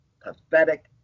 pathetic